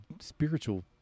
spiritual